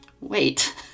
wait